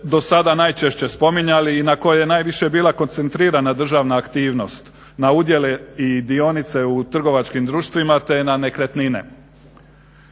do sada najčešće spominjali i na koje je najviše bila koncentrirana državna aktivnost, na udjele i dionice u trgovačkim društvima te na nekretnine.